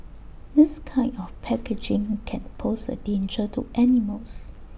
this kind of packaging can pose A danger to animals